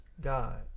God